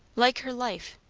like her life!